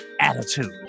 attitude